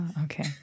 Okay